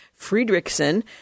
Friedrichsen